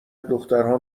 دخترها